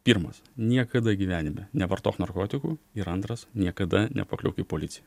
pirmas niekada gyvenime nevartok narkotikų ir antras niekada nepakliūk į policiją